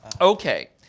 Okay